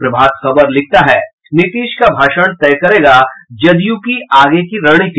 प्रभात खबर लिखता है नीतीश का भाषण तय करेगा जदयू की आगे की रणनीति